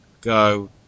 go